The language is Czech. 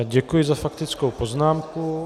Děkuji za faktickou poznámku.